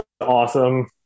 awesome